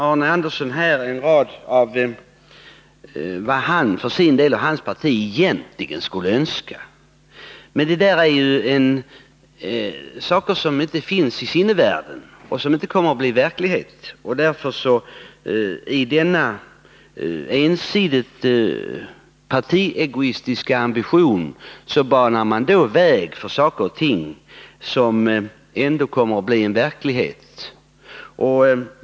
Arne Andersson redovisar nu en rad saker, som han och hans parti förklarar sig önska. Men det är sådant som inte finns i sinnevärlden och som inte kommer att kunna bli verklighet. Med denna ensidigt partiegoistiska ambition menar man att man banar väg för saker och ting som ändå kommer att bli verklighet.